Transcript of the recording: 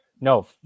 No